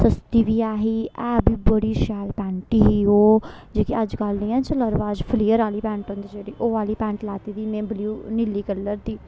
सस्ती बी ऐ ही ऐ बी बड़ी शैल पैंट ही ओह् जेह्की अज्जकल नी ऐ चला दा रवाज फलेयर आह्ली पैंट होंदी जेह्ड़ी ओह् आह्ली पैंट लैती दी में ब्लयू नीले कलर दी